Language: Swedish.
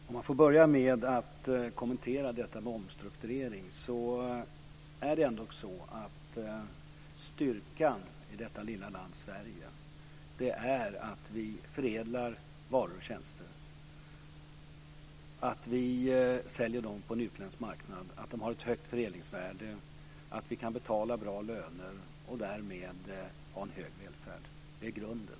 Herr talman! Jag börjar med att kommentera frågan om omstrukturering. Styrkan i detta lilla land Sverige är att vi förädlar varor och tjänster, att vi säljer dem på en utländsk marknad, att de har ett högt förädlingsvärde, att vi kan betala bra löner och därmed har en hög välfärd. Det är grunden.